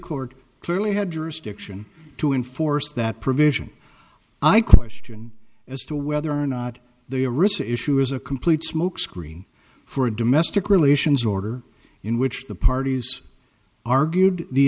court clearly had jurisdiction to enforce that provision i question as to whether or not the a receipt issue is a complete smokescreen for a domestic relations order in which the parties argued the